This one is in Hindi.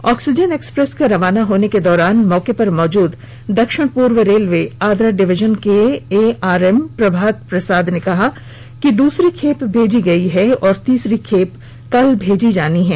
ऑक्सीजन एक्स्प्रेस के रवाना होने के दौरान मौके पर मौजूद दक्षिण पूर्व रेलवे आद्रा डिवीजन के एआरएम प्रभात प्रसाद ने कहा कि दूसरी खेप भेजा गया है और तीसरीखेप कल भेजी जानी है